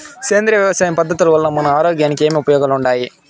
సేంద్రియ వ్యవసాయం పద్ధతుల వల్ల మన ఆరోగ్యానికి ఏమి ఉపయోగాలు వుండాయి?